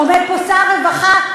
עומד פה שר הרווחה,